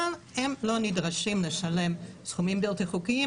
אבל הם לא נדרשים לשלם סכומים בלתי חוקיים,